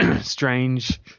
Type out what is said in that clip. strange